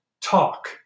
talk